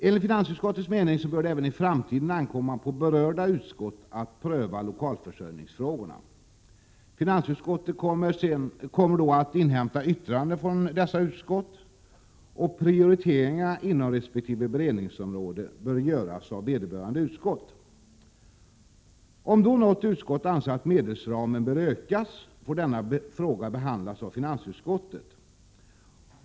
Enligt finansutskottets mening bör det även i framtiden ankomma på berörda utskott att pröva lokalförsörjningsfrågorna. Finansutskottet kommer att inhämta yttranden från dessa utskott. Prioriteringen inom resp. beredningsområde bör göras av vederbörande utskott. Om något utskott skulle anse att medelsramen bör utökas, får denna fråga behandlas av finansutskottet.